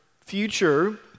future